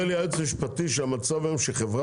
אומר הייעוץ המשפטי שהמצב היום שחברה